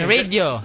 radio